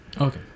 Okay